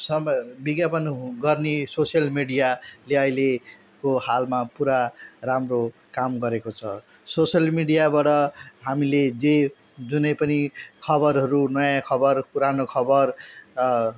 some विज्ञापन गर्ने social मिडियाले अहिले हालमा पुरा राम्रो काम गरेको छ सोसियल मिडियाबाट हामीले जे कुनै पनि खबरहरू नयाँ खबर पुरानो खबर